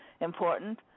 important